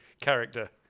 character